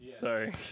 Sorry